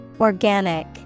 Organic